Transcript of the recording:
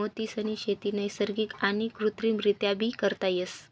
मोतीसनी शेती नैसर्गिक आणि कृत्रिमरीत्याबी करता येस